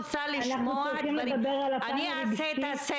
צריכים לדבר על הפן הרגשי.